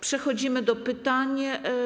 Przechodzimy do pytań.